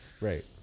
Right